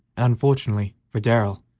unfortunately for darrell,